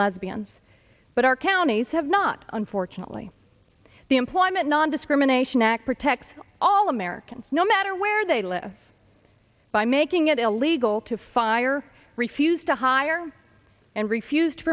lesbians but our counties have not unfortunately the employment nondiscrimination act protect all americans no matter where they live by making it illegal to fire refuse to hire and refuse to